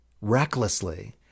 recklessly